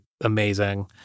amazing